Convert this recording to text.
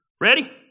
Ready